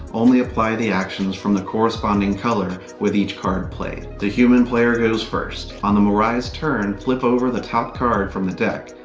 only apply the actions from the corresponding color with each card played. the human player goes first. on the moirai's turn, flip over the top card from the deck.